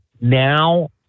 now